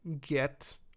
get